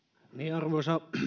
arvoisa